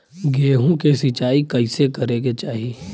गेहूँ के सिंचाई कइसे करे के चाही?